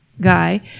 guy